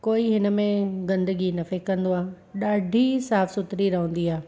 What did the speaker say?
कोई हिनमें गंदगी न फिटी कंदो आहे ॾाढी साफ़ सुथरी रहंदी आहे